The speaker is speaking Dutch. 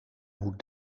moet